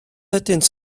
ydynt